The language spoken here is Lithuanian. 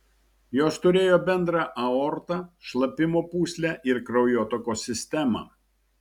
jos turėjo bendrą aortą šlapimo pūslę ir kraujotakos sistemą